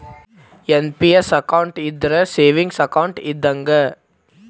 NPS account ಇದ್ರ savings account ಇದ್ದಂಗ